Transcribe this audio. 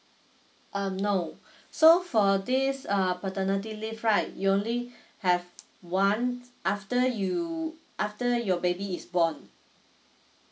uh no so for this uh paternity leave right you only have one after you after your baby is born